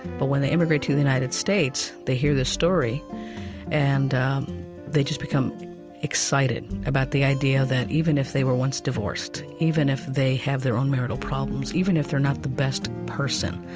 but when they immigrate to the united states, they hear this story and they just become excited about the idea that even if they were once divorced, even if they have their own marital problems, even if they're not the best person,